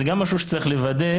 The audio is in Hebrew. זה גם משהו שצריך לוודא,